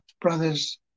brothers